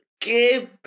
give